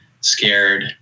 scared